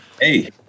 Hey